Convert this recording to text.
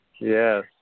Yes